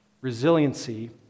Resiliency